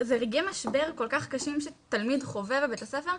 זה רגעי משבר כל כך קשים שתלמיד חווה בבית ספר,